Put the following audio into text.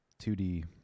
2D